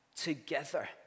together